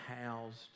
housed